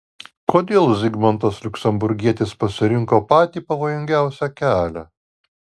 kodėl zigmantas liuksemburgietis pasirinko patį pavojingiausią kelią